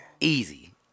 Easy